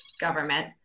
government